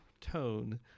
tone